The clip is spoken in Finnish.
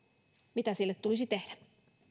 mitä sille tulisi tehdä